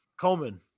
Coleman